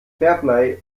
fairplay